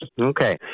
Okay